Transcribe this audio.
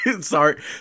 Sorry